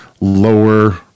lower